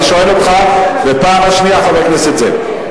אני שואל אותך בפעם השנייה, חבר הכנסת זאב.